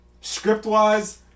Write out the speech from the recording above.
script-wise